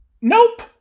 Nope